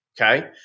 Okay